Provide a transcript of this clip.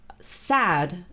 sad